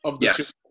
Yes